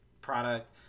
product